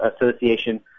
Association